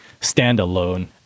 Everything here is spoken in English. standalone